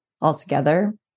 altogether